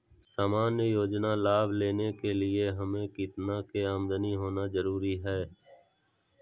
सामान्य योजना लाभ लेने के लिए हमें कितना के आमदनी होना जरूरी है?